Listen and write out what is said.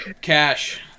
Cash